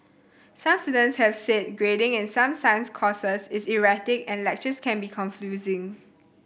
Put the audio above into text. some students have said grading in some science courses is erratic and lectures can be confusing